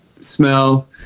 smell